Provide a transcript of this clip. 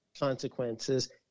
consequences